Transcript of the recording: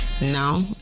Now